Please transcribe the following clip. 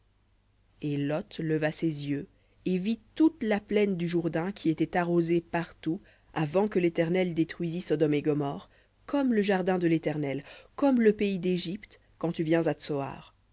et lot leva ses yeux et vit toute la plaine du jourdain qui était arrosée partout avant que l'éternel détruisît sodome et gomorrhe comme le jardin de l'éternel comme le pays d'égypte quand tu viens